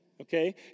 Okay